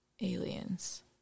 aliens